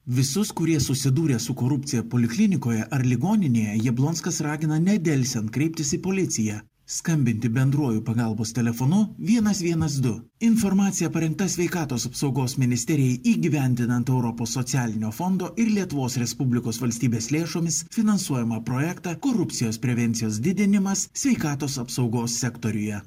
visus kurie susidūrė su korupcija poliklinikoje ar ligoninėje jablonskas ragina nedelsiant kreiptis į policiją skambinti bendruoju pagalbos telefonu vienas vienas du informacija parengta sveikatos apsaugos ministerijai įgyvendinant europos socialinio fondo ir lietuvos respublikos valstybės lėšomis finansuojamą projektą korupcijos prevencijos didinimas sveikatos apsaugos sektoriuje